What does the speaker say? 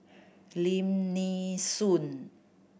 Lim Nee Soon